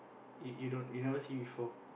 you you don't you never see before